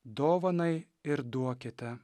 dovanai ir duokite